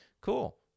cool